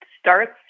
starts